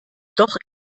doch